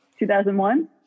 2001